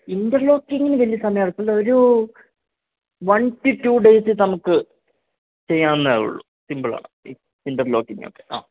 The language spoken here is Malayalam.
ഇൻ്റർ ലോക്കിങ്ങിനു വലിയ സമയമെടുക്കില്ല ഒരു വൺ ടു ടു ഡേയ്സ് നമുക്ക് ചെയ്യാവുന്നതേ ഉള്ളൂ സിംപിളാണ് ഇൻ്റർ ലോക്കിങ്ങൊക്കെ ആ